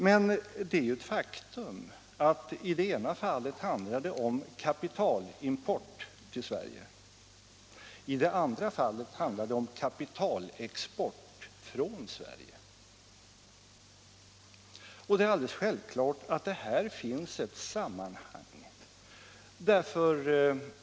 Men det är ju ett faktum att i det ena fallet handlar det om kapitalimport till Sverige, medan det i det andra fallet handlar om kapitalexport från Sverige. Det är alldeles självklart att det här finns ett sammanhang.